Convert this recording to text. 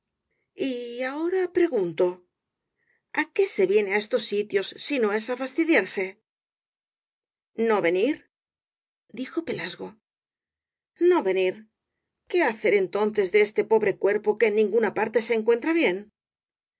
y ahora pregunto á qué se viene á estos sitios si no es á fastidiarse no venir dijo pelasgo no venir qué hacer entonces de este pobre cuerpo que en ninguna parte se encuentra bien